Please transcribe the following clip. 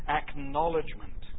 acknowledgement